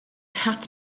hat